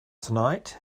tonight